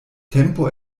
tempo